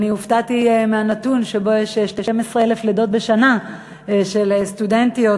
הופתעתי מהנתון שיש 12,000 לידות בשנה של סטודנטיות.